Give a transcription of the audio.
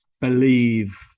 believe